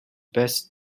best